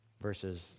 verses